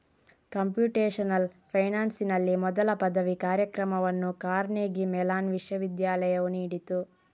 computational ಫೈನಾನ್ಸಿನಲ್ಲಿ ಮೊದಲ ಪದವಿ ಕಾರ್ಯಕ್ರಮವನ್ನು ಕಾರ್ನೆಗೀ ಮೆಲಾನ್ ವಿಶ್ವವಿದ್ಯಾಲಯವು ನೀಡಿತು